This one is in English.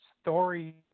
story